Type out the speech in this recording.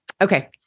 Okay